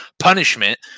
punishment